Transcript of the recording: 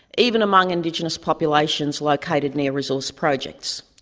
even among indigenous populations located near resource projects.